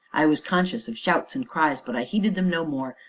i was conscious of shouts and cries, but i heeded them no more,